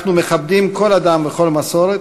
אנחנו מכבדים כל אדם וכל מסורת,